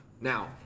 Now